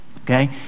Okay